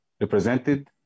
represented